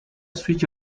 switch